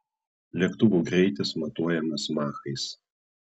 lėktuvų greitis matuojamas machais